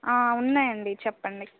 ఉన్నాయండి చెప్పండి